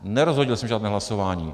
Nerozhodil jsem žádné hlasování.